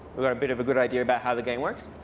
we've got a bit of a good idea about how the game works?